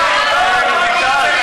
רויטל,